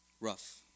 rough